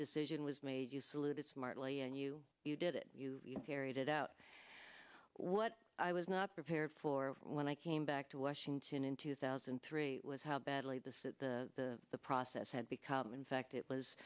decision was made you salute smartly and you you did it you carried it out what i was not prepared for when i came back to washington in two thousand and three was how badly the the the process had become in fact it was